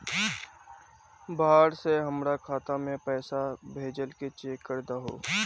बाहर से हमरा खाता में पैसा भेजलके चेक कर दहु?